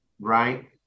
right